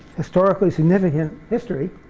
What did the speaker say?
historically-significant history.